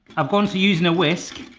i've gone to usin' a whisk.